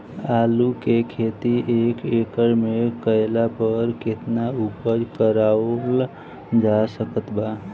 आलू के खेती एक एकड़ मे कैला पर केतना उपज कराल जा सकत बा?